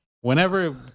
Whenever